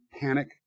panic